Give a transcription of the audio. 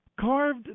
carved